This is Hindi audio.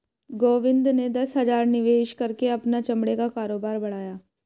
गोविंद ने दस हजार निवेश करके अपना चमड़े का कारोबार बढ़ाया